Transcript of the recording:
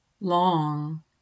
long